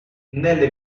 nelle